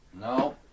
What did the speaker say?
No